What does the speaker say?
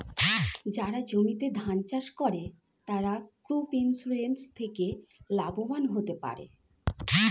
যারা জমিতে ধান চাষ করে তারা ক্রপ ইন্সুরেন্স থেকে লাভবান হতে পারে